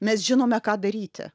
mes žinome ką daryti